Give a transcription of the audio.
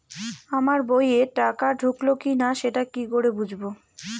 আমার বইয়ে টাকা ঢুকলো কি না সেটা কি করে বুঝবো?